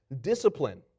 discipline